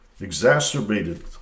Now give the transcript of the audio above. exacerbated